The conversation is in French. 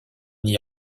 n’y